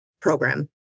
program